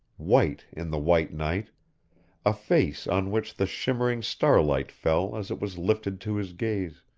white in the white night a face on which the shimmering starlight fell as it was lifted to his gaze,